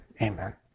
amen